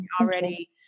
already